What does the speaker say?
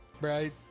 Right